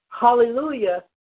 Hallelujah